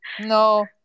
No